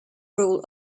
rule